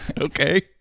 Okay